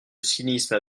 cynisme